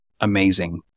amazing